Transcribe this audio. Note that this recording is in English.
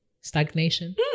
Stagnation